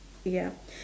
yup